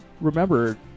remember